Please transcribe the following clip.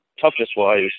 toughness-wise